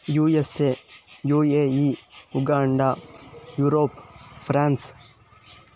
U S A U A E Uganda Europe France